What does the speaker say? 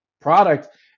product